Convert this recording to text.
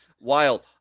wild